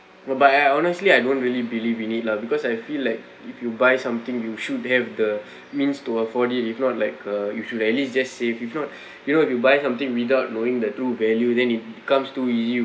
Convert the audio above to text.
but I I honestly I don't really believe in it lah because I feel like if you buy something you should have the means to afford it if not like uh you should at least just save if not you know if you buy something without knowing the true value then it becomes too easy